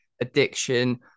addiction